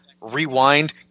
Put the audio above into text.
rewind